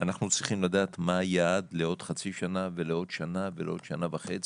אנחנו צריכים לדעת מה היעד לעוד חצי שנה ולעוד שנה ולעוד שנה וחצי,